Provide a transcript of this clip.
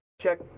check